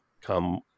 come